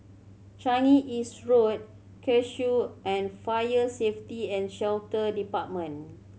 Changi East Road Cashew and Fire Safety And Shelter Department